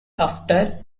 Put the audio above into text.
after